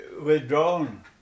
withdrawn